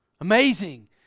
Amazing